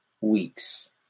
weeks